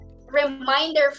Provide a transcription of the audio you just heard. reminder